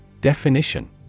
Definition